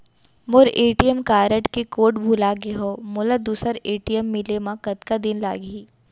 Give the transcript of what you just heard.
मोर ATM card के कोड भुला गे हव, मोला दूसर ए.टी.एम मिले म कतका दिन लागही?